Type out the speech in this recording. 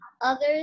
Others